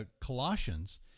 Colossians